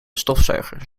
stofzuiger